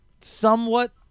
somewhat